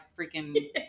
freaking